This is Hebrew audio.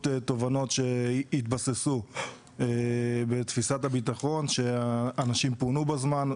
תובנות שהתבססו בתפיסת הביטחון שהאנשים פונו בזמן,